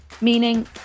meaning